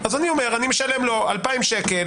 אז אני אומר: אני משלם לו 2,000 ש"ח